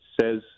says